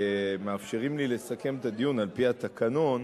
שכשמאפשרים לי לסכם את הדיון על-פי התקנון,